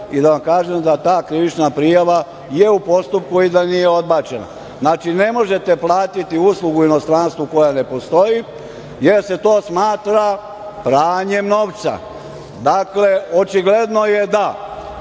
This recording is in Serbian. i da vam kažem da je ta krivična prijava u postupku i da nije odbačena. Znače, ne možete platiti uslugu u inostranstvu koja ne postoji, jer se to smatra pranjem novca. Dakle, očigledno je da